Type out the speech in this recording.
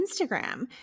Instagram